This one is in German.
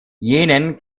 jenen